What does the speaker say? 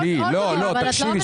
לא, תקשיבי.